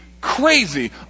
crazy